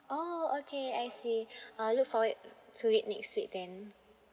oh okay I see I'll look forward to it next week then